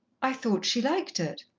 i thought she liked it.